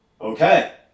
okay